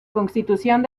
constitución